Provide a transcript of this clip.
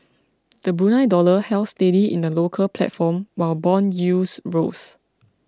the Brunei dollar held steady in the local platform while bond yields rose